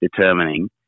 determining